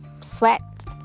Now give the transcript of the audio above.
sweat